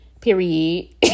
Period